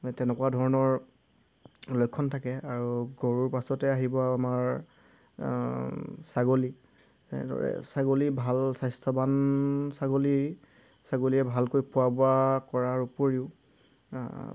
এই তেনেকুৱা ধৰণৰ লক্ষণ থাকে আৰু গৰুৰ পাছতে আহিব আমাৰ ছাগলী তেনেদৰে ছাগলী ভাল স্বাস্থ্যৱান ছাগলী ছাগলীয়ে ভালকৈ খোৱা বোৱা কৰাৰ উপৰিও